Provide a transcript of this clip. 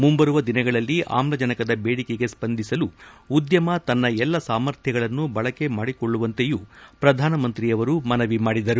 ಮುಂಬರುವ ದಿನಗಳಲ್ಲಿ ಆಮ್ಲಜನಕದ ಬೇಡಿಕೆಗೆ ಸ್ಸಂದಿಸಲು ಉದ್ಯಮ ತನ್ನ ಎಲ್ಲಾ ಸಾಮರ್ಥ್ನಗಳನ್ನು ಬಳಕೆ ಮಾಡಿಕೊಳ್ಳುವಂತೆಯೂ ಪ್ರಧಾನಮಂತ್ರಿ ಮನವಿ ಮಾಡಿದರು